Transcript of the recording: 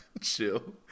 chill